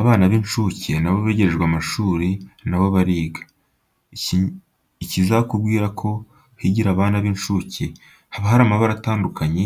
Abana b'incuke na bo begerejwe amashuri na bo bariga. Ikizakubwira ko higira abana b'incuke, haba hari amabara atandukanye,